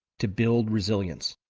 to build resilience.